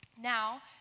now